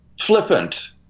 flippant